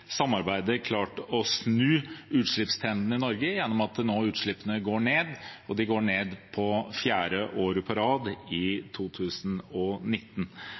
samarbeidet klart å snu utslippstrenden i Norge. Utslippene går nå ned – de går ned for fjerde år på rad i 2019.